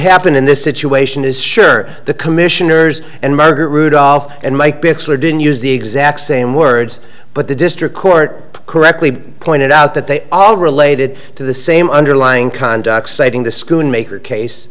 happened in this situation is sure the commissioners and murder rudolf and mike bixler didn't use the exact same words but the district court correctly pointed out that they all related to the same underlying conduct saving the school in maker case